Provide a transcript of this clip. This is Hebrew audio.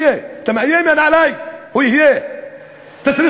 הוא אמר